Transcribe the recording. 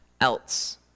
else